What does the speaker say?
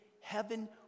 heaven